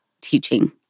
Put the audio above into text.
teaching